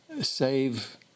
save